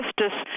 justice